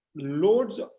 loads